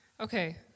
Okay